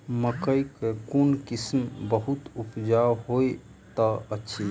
मकई केँ कोण किसिम बहुत उपजाउ होए तऽ अछि?